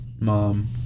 mom